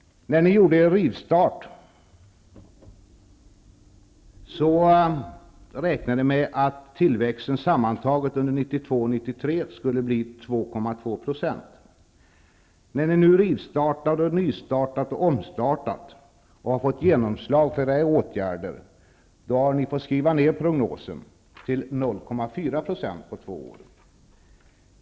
När ni gjorde er rivstart räknade ni med att tillväxten sammantaget under 1992 och 1993 skulle bli 2,2 %. När ni nu har rivstartat, nystartat och omstartat och har fått genomslag för era åtgärder, har ni fått skriva ner prognosen till 0,4 % på två år.